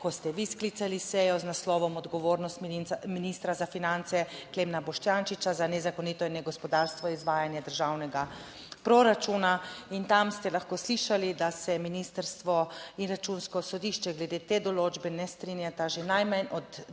ko ste vi sklicali sejo z naslovom Odgovornost ministra za finance Klemna Boštjančiča za nezakonito in negospodarno izvajanje državnega proračuna, in tam ste lahko slišali, da se ministrstvo in Računsko sodišče glede te določbe ne strinjata že najmanj od 2010